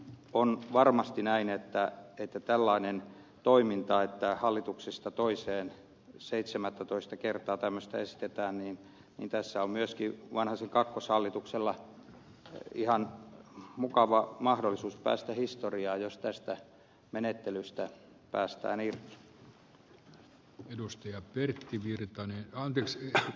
on varmasti näin että kun on tällainen toiminta että hallituksesta toiseen seitsemättätoista kertaa tämmöistä esitetään niin tässä on myöskin vanhasen kakkoshallituksella ihan mukava mahdollisuus päästä historiaan jos tästä menettelystä päästään irti